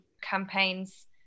campaigns